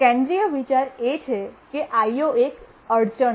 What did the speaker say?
કેન્દ્રીય વિચાર એ છે કે IO એ એક અડચણ છે